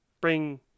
bring